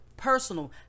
personal